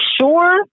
sure